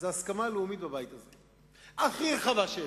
זה הסכמה לאומית בבית הזה, הכי רחבה שיש.